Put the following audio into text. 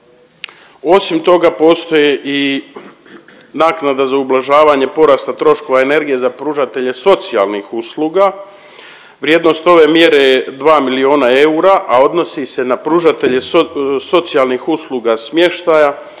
Osim toga postoje i naknada za ublažavanje porasta troškova energije za pružatelje socijalnih usluga. Vrijednost ove mjere je 2 miliona eura, a odnosi se na pružatelje socijalnih usluga smještaja